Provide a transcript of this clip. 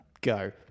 Go